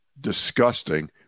disgusting